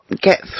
get